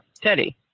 Teddy